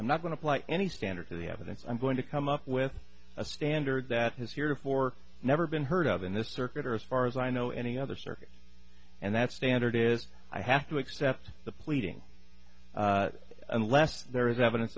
i'm not going to play any standard for the evidence i'm going to come up with a standard that has heretofore never been heard of in this circuit or as far as i know any other circuit and that standard is i have to accept the pleading unless there is evidence